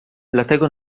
dlatego